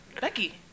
Becky